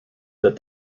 that